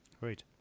Great